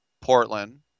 Portland